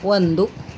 ಒಂದು